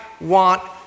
want